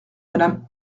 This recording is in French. madame